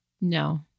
No